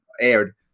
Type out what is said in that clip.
aired